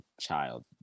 child